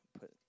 put